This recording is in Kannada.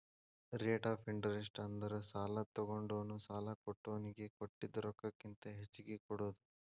ರೇಟ್ ಆಫ್ ಇಂಟರೆಸ್ಟ್ ಅಂದ್ರ ಸಾಲಾ ತೊಗೊಂಡೋನು ಸಾಲಾ ಕೊಟ್ಟೋನಿಗಿ ಕೊಟ್ಟಿದ್ ರೊಕ್ಕಕ್ಕಿಂತ ಹೆಚ್ಚಿಗಿ ಕೊಡೋದ್